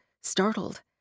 startled